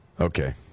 okay